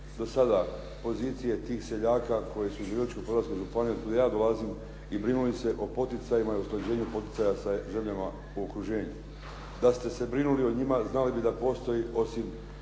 do sada pozicije tih seljaka koji su u Virovitičko-podravskoj županiji od kuda ja dolazim i brinuli se o poticajima i usklađenju poticaja sa zemljama u okruženju. Da ste se brinuli o njima znali bi da postoji osim